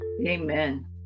Amen